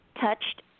touched